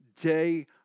day